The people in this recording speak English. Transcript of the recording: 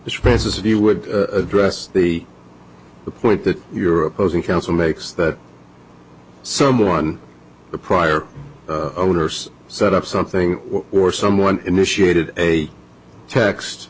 raises if you would address the point that your opposing counsel makes that someone the prior owners set up something or someone initiated a text